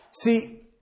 See